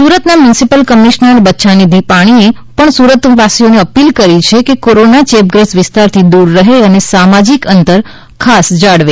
સુરત ન municipal commissioner બાંછાનીઘિપાણિએ પણ સુરત વાસીઓને અપીલ કરી છે કે કોરોના ચેપગ્રસ્ત વિસ્તારથી દૂર રહે અને સામાજિક અંતર ખાસ જાળવે